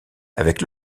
avec